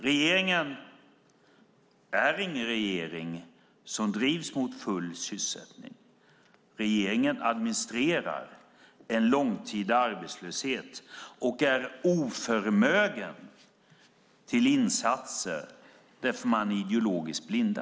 Regeringen är ingen regering som drivs mot full sysselsättning. Regeringen administrerar en långtida arbetslöshet och är oförmögen till insatser eftersom den är ideologiskt blind.